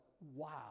wow